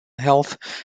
health